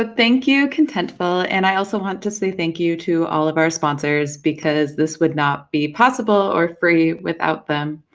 ah thank you, contentful, and i want to say thank you to all of our sponsors, because this would not be possible or free without them.